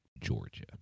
Georgia